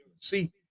see